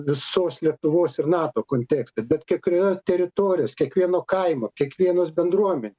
visos lietuvos ir nato kontekste bet kiek ir yra teritorijos kiekvieno kaimo kiekvienos bendruomenės